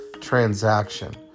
transaction